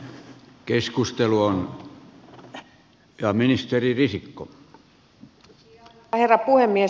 arvoisa herra puhemies